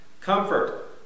Comfort